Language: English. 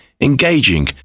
engaging